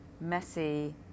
messy